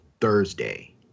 Thursday